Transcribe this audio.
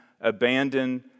abandoned